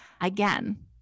again